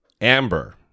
Amber